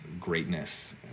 greatness